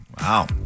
Wow